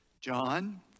John